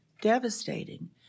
devastating